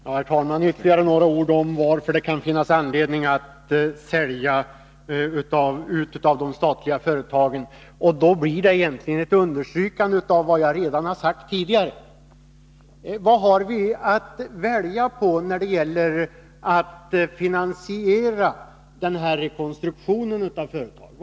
Herr talman! Ytterligare några ord om varför det kan finnas anledning att sälja ut statliga företag. Jag vill då egentligen understryka vad jag redan tidigare har sagt. Vad har vi att välja på när det gäller att finansiera denna rekonstruktion av företagen?